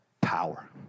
power